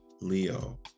leo